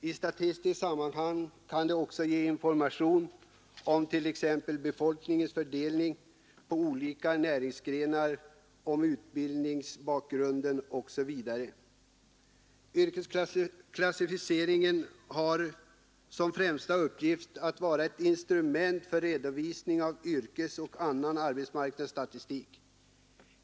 I statistiska sammanhang kan dessa också ge information om t.ex. befolkningens fördelning på olika näringsgrenar, utbildningsbakgrund osv. Yrkesklassificeringen har som främsta uppgift att vara ett instrument för redovisning av yrkesoch annan arbetsmarknadsstatistik.